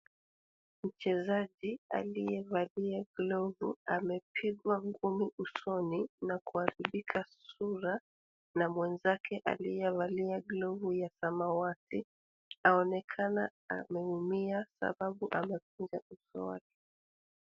Mchezaji aliyevalia glavu amepigwa ngumi usoni na kuharibika sura na mwenzake aliyevalia glavu ya samawati. Aonekana ameumia sababu amekunja uso wake.